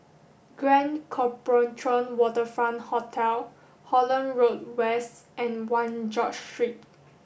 Grand Copthorne Waterfront Hotel Holland Road West and One George Street